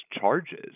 charges